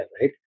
right